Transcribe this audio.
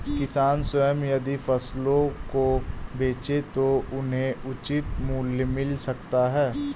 किसान स्वयं यदि फसलों को बेचे तो उन्हें उचित मूल्य मिल सकता है